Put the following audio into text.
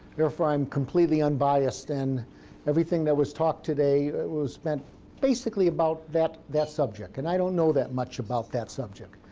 therefore, i am completely unbiased, and everything that was talked today was spent basically about that that subject, and i don't know that much about that subject.